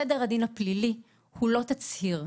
סדר הדין הפלילי הוא לא תצהיר.